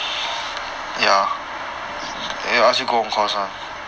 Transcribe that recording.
oh unit